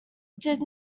did